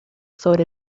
sobre